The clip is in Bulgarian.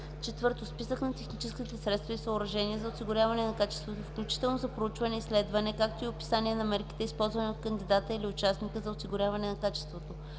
4. списък на техническите средства и съоръжения за осигуряване на качеството, включително за проучване и изследване, както и описание на мерките, използвани от кандидата или участника за осигуряване на качеството;